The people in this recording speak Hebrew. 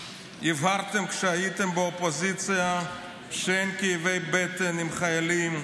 הבהרתם כשהייתם באופוזיציה שאין כאבי בטן עם חיילים,